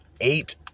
eight